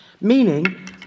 Meaning